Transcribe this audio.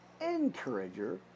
encourager